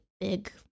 big